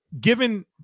given